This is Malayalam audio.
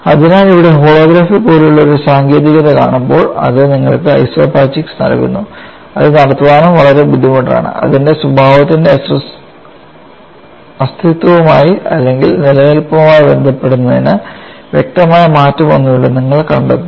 അതിനാൽ ഇവിടെ ഹോളോഗ്രാഫി പോലുള്ള ഒരു സാങ്കേതികത കാണുമ്പോൾ അത് നിങ്ങൾക്ക് ഐസോപാച്ചിക്സ് നൽകുന്നു അത് നടത്താനും വളരെ ബുദ്ധിമുട്ടാണ് അതിന്റെ സ്വഭാവത്തിൻറെ അസ്തിത്വവുമായി അല്ലെങ്കിൽ നിലനിൽപ്പുമായി ബന്ധിപ്പിക്കുന്നതിന് വ്യക്തമായ മാറ്റമൊന്നുമില്ലെന്ന് നിങ്ങൾ കണ്ടെത്തുന്നു